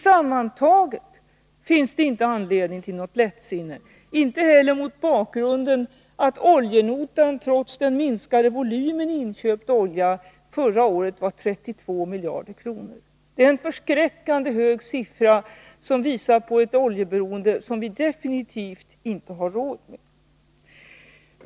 Sammantaget finns det inte anledning till något lättsinne, inte heller mot bakgrund av att oljenotan, trots den minskade volymen inköpt olja, förra året, belöpte sig till 32 miljarder kronor. Det är en förskräckande hög siffra som visar på ett oljeberoende som vi absolut inte har råd med.